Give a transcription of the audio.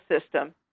system